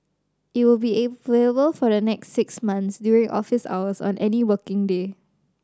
it will be available for the next six months during office hours on any working day